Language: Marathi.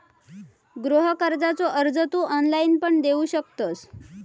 गृह कर्जाचो अर्ज तू ऑनलाईण पण देऊ शकतंस